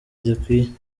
bidakwiye